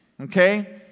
okay